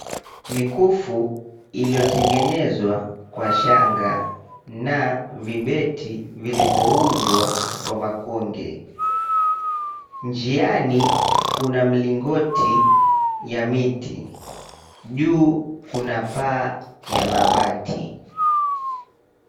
Mikufu iliotengenezwa kwa shanga na vibeti vilivyoundwa kwa makonge, njiani kuna mlingoti ya miti, juu kuna paa ya mabati.